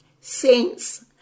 Saints